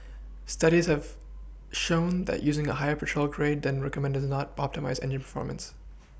Studies have shown that using a higher petrol grade than recommended does not optimise engine performance